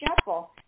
shuffle